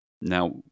Now